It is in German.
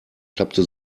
klappte